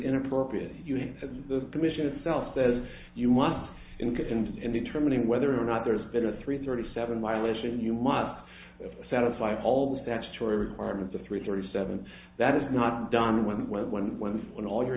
inappropriate and the commission itself says you must get and in determining whether or not there's been a three thirty seven violation you must satisfy all the statutory requirements of three thirty seven that is not done when when when when when all you're